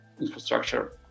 infrastructure